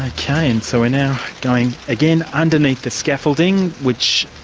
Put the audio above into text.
ah ok, and so we're now going again underneath the scaffolding which.